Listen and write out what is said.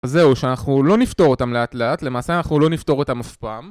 זהו, שאנחנו לא נפתור אותם לאט לאט, למעשה אנחנו לא נפתור אותם אף פעם.